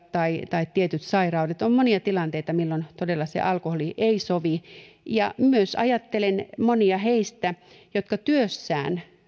tai tai tietyt sairaudet on monia tilanteita milloin todella se alkoholi ei sovi ajattelen myös heitä monia jotka työssään